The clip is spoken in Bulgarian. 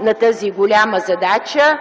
на тази голяма задача